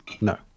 No